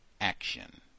Action